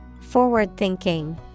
Forward-thinking